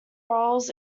roles